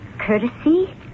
courtesy